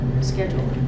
schedule